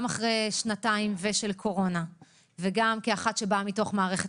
גם אחרי שנתיים של קורונה וגם כמי שבאה מתוך מערכת